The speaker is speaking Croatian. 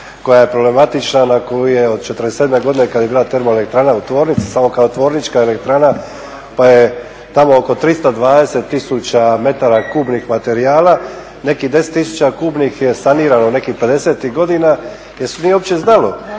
koja je problematična na koju je od '47.godine kada je bila termoelektrana u tvornici samo kao tvornička elektrana pa je tamo oko 320 tisuća metara kubnih materijala, nekih 10 tisuća kubnih je sanirano nekih pedesetih godina gdje se nije uopće znalo.